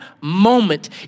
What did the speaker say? moment